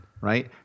right